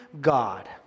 God